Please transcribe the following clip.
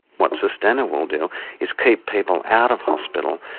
what sustenna will do is keep people out of hospital.